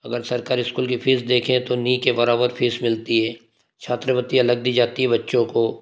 अगर सरकारी इस्कूल की फीस देखे तो नहीं के बराबर फीस मिलती है छात्रवृति अलग दी जाती है बच्चों को